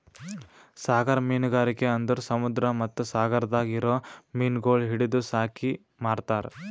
ಸಾಗರ ಮೀನುಗಾರಿಕೆ ಅಂದುರ್ ಸಮುದ್ರ ಮತ್ತ ಸಾಗರದಾಗ್ ಇರೊ ಮೀನಗೊಳ್ ಹಿಡಿದು ಸಾಕಿ ಮಾರ್ತಾರ್